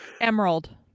Emerald